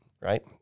Right